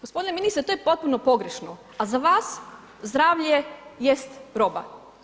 Gospodine ministre to je potpuno pogrešno, a za vas zdravlje jest roba.